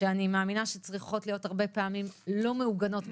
אני מאמינה שצריכות להיות הרבה פעמים לא מעוגנות בחקיקה,